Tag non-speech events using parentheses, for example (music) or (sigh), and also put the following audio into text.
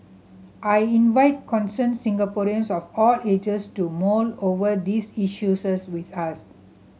I invite concerned Singaporeans of all ages to mull over these (unintelligible) with us